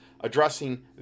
addressing